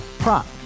Prop